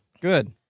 good